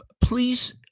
please